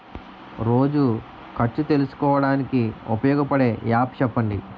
రోజు ఖర్చు తెలుసుకోవడానికి ఉపయోగపడే యాప్ చెప్పండీ?